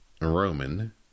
Roman